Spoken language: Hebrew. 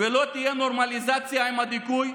ולא תהיה נורמליזציה עם הדיכוי.